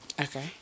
Okay